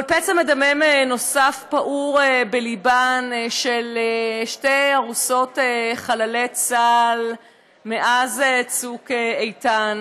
אבל פצע מדמם נוסף פעור בליבן של שתי ארוסות חללי צה"ל מאז צוק איתן,